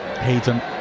Hayden